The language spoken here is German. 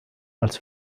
als